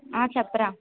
ఆ చెప్పరా